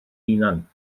hunan